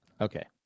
Okay